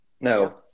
No